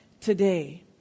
today